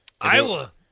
Iowa